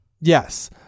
Yes